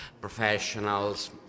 professionals